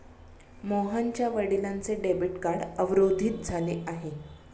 मोहनच्या वडिलांचे debit card अवरोधित झाले आहे